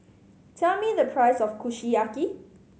tell me the price of Kushiyaki